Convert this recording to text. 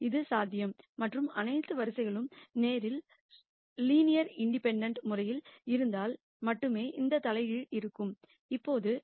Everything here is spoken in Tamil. இது சாத்தியம் மற்றும் அனைத்து வரிசைகளும் லீனியர்லி இண்டிபெண்டெண்ட் முறையில் இருந்தால் மட்டுமே இந்த இன்வெர்ஸ் இருக்கும்